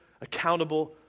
accountable